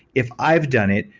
if i've done it,